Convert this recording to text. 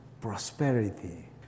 prosperity